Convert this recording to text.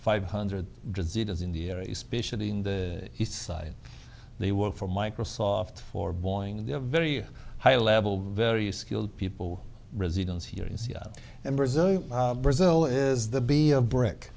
in the east side they were from microsoft for boeing they're very high level very skilled people residents here in seattle and brazilian brazil is the be a brick